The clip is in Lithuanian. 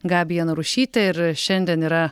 gabija narušytė ir šiandien yra